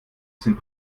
sind